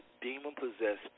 demon-possessed